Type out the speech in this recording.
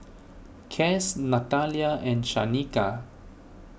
Cass Natalya and Shanika